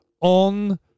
on